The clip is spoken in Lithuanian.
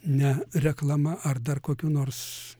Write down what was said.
ne reklama ar dar kokių nors